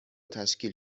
تشکیل